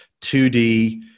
2D